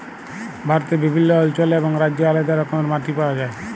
ভারতে বিভিল্ল্য অল্চলে এবং রাজ্যে আলেদা রকমের মাটি পাউয়া যায়